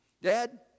Dad